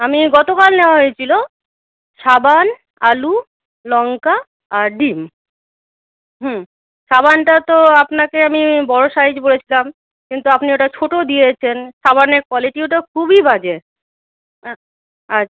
আমি গতকাল নেওয়া হয়েছিল সাবান আলু লঙ্কা আর ডিম হুম সাবানটা তো আপনাকে আমি বড় সাইজ বলেছিলাম কিন্তু আপনি ওটা ছোট দিয়েছেন সাবানের কোয়ালিটিও তো খুবই বাজে আর